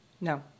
No